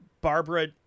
Barbara